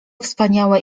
wspaniałe